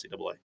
NCAA